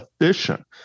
efficient